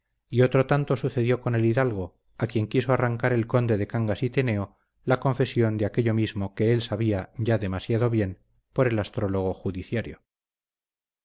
y otro tanto sucedió con el hidalgo a quien quiso arrancar el conde de cangas y tineo la confesión de aquello mismo que él sabía ya demasiado bien por el astrólogo judiciario